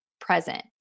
present